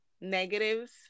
negatives